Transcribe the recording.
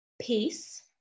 peace